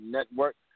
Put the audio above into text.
Network